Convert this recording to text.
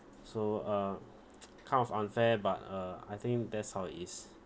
so uh kind of unfair but uh I think that's how it is